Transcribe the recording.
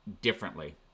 differently